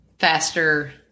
faster